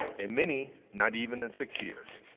and many not even in six years.